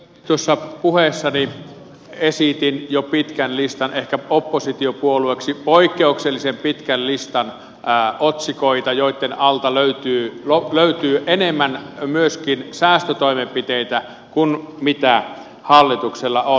tuossa puheessani esitin jo pitkän listan ehkä oppositiopuolueeksi poikkeuksellisen pitkän listan otsikoita joitten alta löytyy enemmän myöskin säästötoimenpiteitä kuin hallituksella on